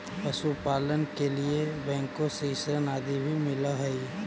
पशुपालन के लिए बैंकों से ऋण आदि भी मिलअ हई